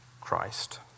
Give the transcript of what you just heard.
Christ